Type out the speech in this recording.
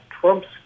Trump's